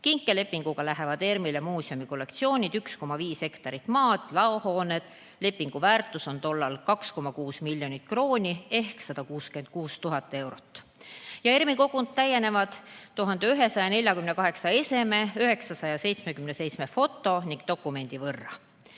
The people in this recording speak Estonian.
Kinkelepinguga läksid ERM-ile muuseumi kollektsioonid, 1,5 hektarit maad ja laohooned. Lepingu väärtus oli tollal 2,6 miljonit krooni ehk 166 000 eurot. ERM-i kogud täienesid 1148 eseme, 977 foto ning dokumendi võrra.